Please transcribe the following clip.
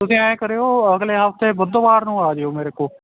ਤੁਸੀਂਹੈ ਕਰਿਓ ਅਗਲੇ ਹਫ਼ਤੇ ਬੁੱਧਵਾਰ ਨੂੰ ਆ ਜਾਓ ਮੇਰੇ ਕੋਲ